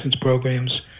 programs